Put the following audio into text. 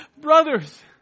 brothers